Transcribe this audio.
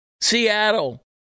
Seattle